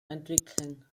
entwickeln